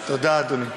תודה, אדוני.